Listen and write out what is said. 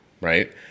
right